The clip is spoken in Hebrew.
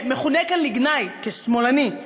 שמכונה כאן לגנאי "שמאלני".